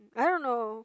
I don't know